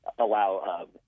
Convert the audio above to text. allow